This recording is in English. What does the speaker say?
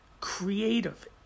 creative